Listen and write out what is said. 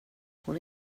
hon